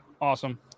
awesome